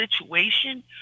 situation